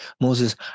Moses